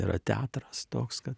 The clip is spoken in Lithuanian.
yra teatras toks kad